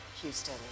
Houston